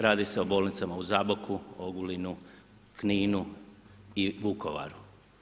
Radi se o bolnicama u Zboru, Ogulinu, Kninu i Vukovaru.